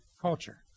culture